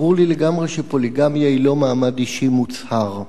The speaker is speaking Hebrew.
ברור לי לגמרי שפוליגמיה היא לא מעמד אישי מוצהר,